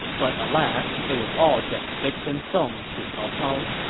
but alas, it was all just sticks and stones to cao cao.